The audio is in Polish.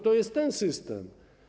To jest ten system.